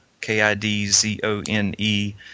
K-I-D-Z-O-N-E